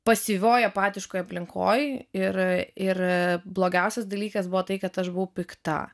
pasyvioj apatiškoj aplinkoj ir ir blogiausias dalykas buvo tai kad aš buvau pikta